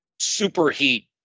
superheat